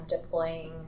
deploying